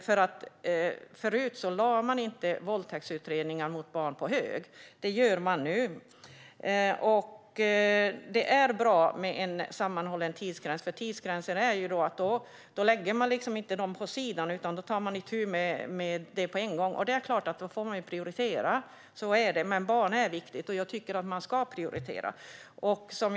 Förut lade man inte utredningar om våldtäkt mot barn på hög, men det gör man nu. Det är bra med en sammanhållen tidsgräns. En tidsgräns innebär att man inte lägger utredningar åt sidan utan tar itu med dem på en gång. Då måste man förstås prioritera - så är det. Men barn är viktiga, och jag tycker att man ska prioritera.